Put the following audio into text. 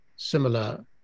similar